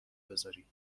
بذاری